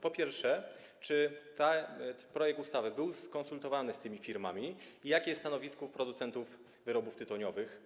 Po pierwsze, czy ten projekt ustawy był skonsultowany z tymi firmami i jakie jest stanowisko producentów wyrobów tytoniowych?